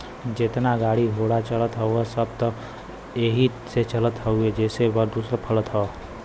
जेतना गाड़ी घोड़ा चलत हौ सब त एही से चलत हउवे जेसे प्रदुषण फइलत हौ